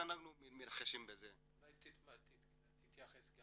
אולי תתייחס גם